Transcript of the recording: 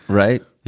right